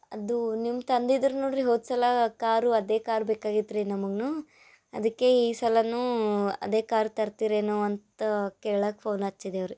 ಅದು ನಿಮ್ ತಂದಿದ್ರಿ ನೋಡಿರಿ ಹೋದ ಸಲ ಕಾರು ಅದೇ ಕಾರ್ ಬೇಕಾಗಿತ್ತು ರೀ ನಮಗೂ ಅದಕ್ಕೆ ಈ ಸಲವೂ ಅದೇ ಕಾರ್ ತರ್ತೀರೇನೋ ಅಂತ ಕೇಳಕ್ಕೆ ಫೋನ್ ಹಚ್ಚಿದೇವ್ ರಿ